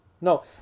No